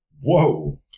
Whoa